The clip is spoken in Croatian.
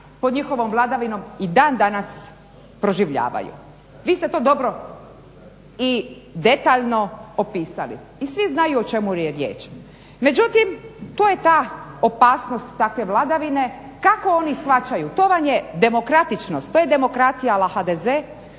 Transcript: pod njihovom vladavinom i dan danas proživljavaju. Vi ste to dobro i detaljno opisali i svi znaju o čemu je riječ. Međutim to je ta opasnost takve vladavine kako oni shvaćaju, to vam je demokratičnost, to je demokracija a la HDZ